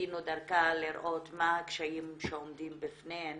שניסינו דרכה לראות מה הקשיים שעומדים בפניהן.